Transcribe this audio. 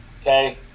Okay